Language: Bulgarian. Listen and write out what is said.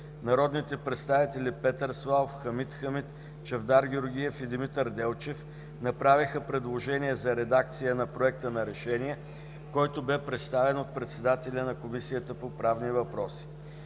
Народните представители Петър Славов, Хамид Хамид, Чавдар Георгиев и Димитър Делчев направиха предложения за редакция на Проекта на решение, който бе представен от председателя на Комисията по правни въпроси.